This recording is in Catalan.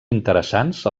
interessants